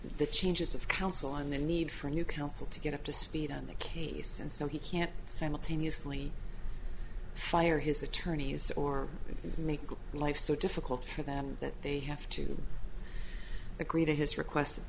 the changes of counsel and the need for a new counsel to get up to speed on the case and so he can't simultaneously fire his attorneys or make life so difficult for them that they have to agree to his request